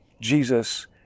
jesus